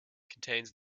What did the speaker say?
contains